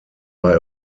bei